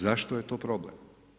Zašto je to problem?